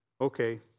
Okay